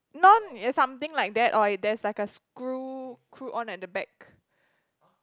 no is something like that or it there's like a screw screw on at the back